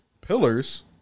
pillars